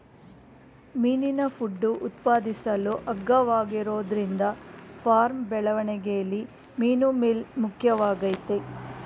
ಮೀನಿನ ಫುಡ್ ಉತ್ಪಾದಿಸಲು ಅಗ್ಗವಾಗಿರೋದ್ರಿಂದ ಫಾರ್ಮ್ ಬೆಳವಣಿಗೆಲಿ ಮೀನುಮೀಲ್ ಮುಖ್ಯವಾಗಯ್ತೆ